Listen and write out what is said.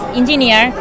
engineer